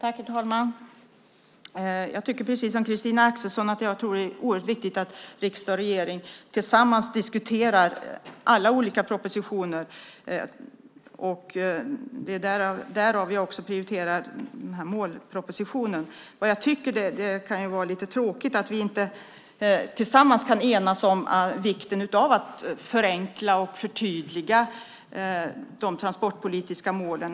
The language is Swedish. Herr talman! Jag tycker precis som Christina Axelsson att det är oerhört viktigt att riksdag och regering tillsammans diskuterar alla olika propositioner. Det är därför som vi också prioriterar denna målproposition. Det är lite tråkigt att vi inte kan enas om vikten av att förenkla och förtydliga de transportpolitiska målen.